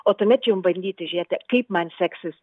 o tuomet jau bandyti žiūrėti kaip man seksis